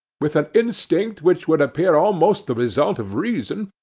with an instinct which would appear almost the result of reason,